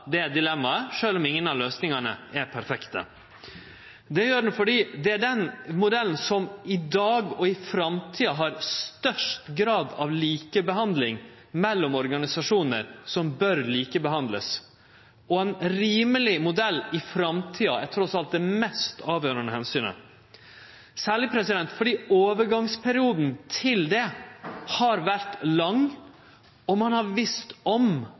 perfekte. Det gjør den fordi det er den modellen som i dag og i framtida har størst grad av likebehandling mellom organisasjonar som bør likebehandlast. Ein rimeleg modell i framtida er trass alt det mest avgjerande omsynet, særleg fordi overgangsperioden til det har vore lang, og ein har visst om